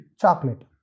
chocolate